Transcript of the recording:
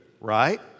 right